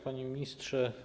Panie Ministrze!